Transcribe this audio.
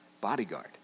bodyguard